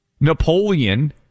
Napoleon